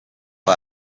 kwa